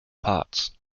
parts